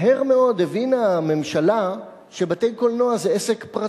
מהר מאוד הבינה הממשלה שבתי-קולנוע זה עסק פרטי,